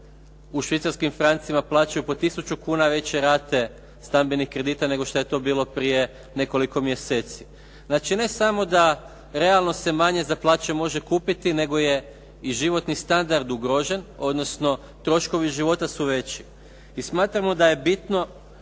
u švicarskim francima plaćaju po 1000 kuna veće rate stambenih kredita nego što je to bilo prije nekoliko mjeseci, znači ne samo da realno se manje za plaću može kupiti, nego je i životni standard ugrožen odnosno troškovi života su veći. I smatramo da je bitno